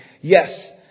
Yes